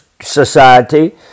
society